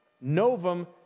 Novum